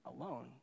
alone